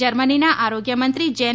જર્મનીના આરોગ્યમંત્રી જેન